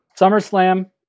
SummerSlam